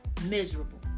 Miserable